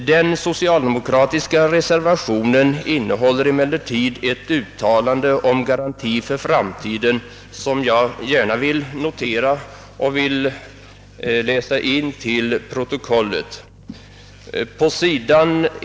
Den socialdemokratiska reservationen innehåller emellertid ett uttalande om garanti för framtiden som jag gärna vill läsa in i protokollet.